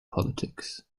politics